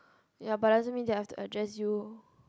ya but doesn't mean that I have to address you